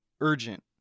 urgent